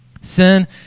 Sin